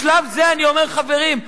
בשלב זה אני אומר: חברים,